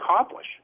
accomplish